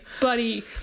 bloody